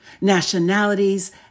nationalities